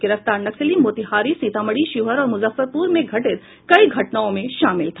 गिरफ्तार नक्सली मोतिहारी सीतामढ़ी शिवहर और मुजफ्फरपुर में घटित कई घटनाओं में शामिल था